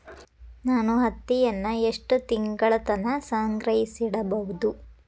ನಾನು ಹತ್ತಿಯನ್ನ ಎಷ್ಟು ತಿಂಗಳತನ ಸಂಗ್ರಹಿಸಿಡಬಹುದು?